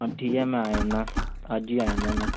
ਠੀਕ ਆ ਮੈਂ ਆ ਜਾਂਦਾ ਅੱਜ ਹੀ ਆ ਜਾਂਦਾ ਮੈਂ